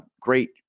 great